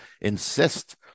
insist